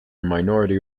minority